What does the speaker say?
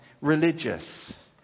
religious